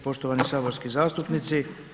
Poštovani saborski zastupnici.